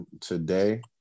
today